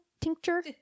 tincture